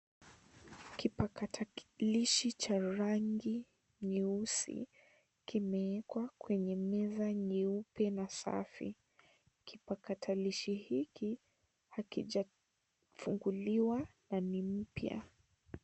Kipakatalishi cha rangi nyeusi kimewekwa kwenye meza nyeupe na safi. Kipakatalishi hiki hakijafunguliwa na ni mpya.